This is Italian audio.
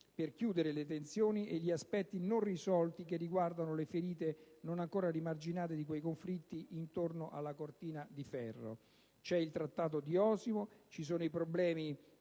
per chiudere le tensioni e gli aspetti non risolti che riguardano le ferite non ancora rimarginate di quei conflitti intorno alla cortina di ferro. C'è il Trattato di Osimo, ci sono i beni